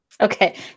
Okay